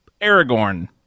Aragorn